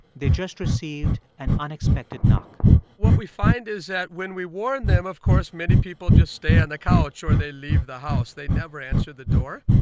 they just received an unexpected knock what we find is that when we warn them, of course, many people just stay on the couch, or they leave the house. they never answer the door.